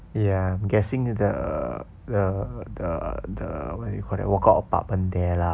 ya I'm guessing the the the the what do you call that the walk up apartment there lah